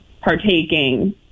partaking